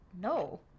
no